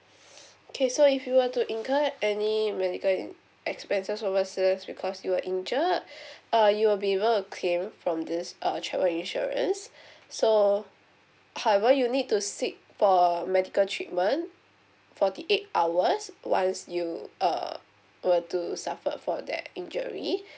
okay so if you were to incur any medical expenses overseas because you were injured uh you will be able to claim from this err travel insurance so however you need to seek for medical treatment forty eight hours once you uh were to suffer for that injury